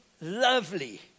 lovely